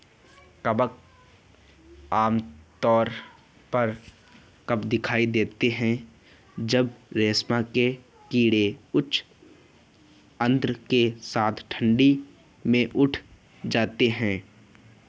कवक आमतौर पर तब दिखाई देता है जब रेशम के कीड़े उच्च आर्द्रता के साथ ठंडी में उठाए जाते हैं